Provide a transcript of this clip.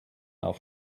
auf